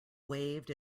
waved